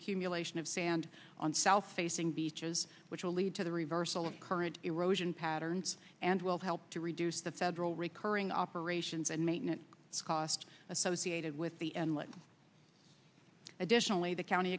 accumulation of sand on south facing beaches which will lead to the reversal of current erosion patterns and will help to reduce the federal recurring operations and maintenance costs associated with the and what additionally the county